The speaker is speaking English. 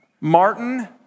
Martin